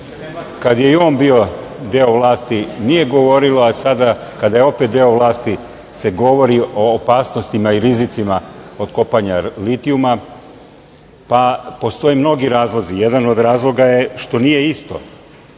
kad je i on bio deo vlasti nije govorila, a sada kada je opet deo vlasti se govori o opasnostima i rizicima od kopanja litijuma, pa postoje mnogi razlozi. Jedan od razloga je što nije isto.